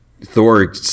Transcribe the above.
thor